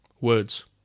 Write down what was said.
words